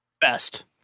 Best